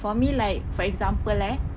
for me like for example eh